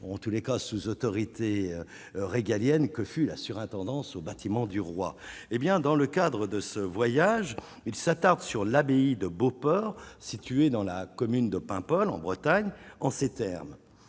en tous les cas, sous autorité régalienne que fut la surintendant ce bâtiment du roi, hé bien, dans le cadre de ce voyage, il s'attarde sur l'abbaye de Beauport situé dans la commune de Paimpol, en Bretagne, en ces termes